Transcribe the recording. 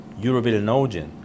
urobilinogen